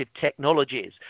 technologies